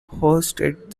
hosted